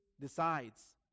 decides